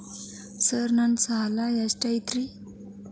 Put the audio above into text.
Sir ನನ್ನ ಸಾಲಾ ಎಷ್ಟು ಐತ್ರಿ?